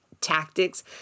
tactics